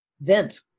Vent